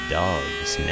dog's